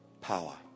power